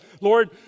Lord